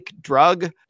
drug